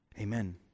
Amen